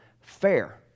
fair